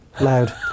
loud